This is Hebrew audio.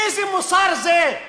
איזה מוסר זה?